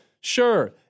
Sure